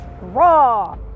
raw